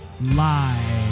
live